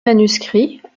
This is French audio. manuscrits